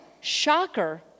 shocker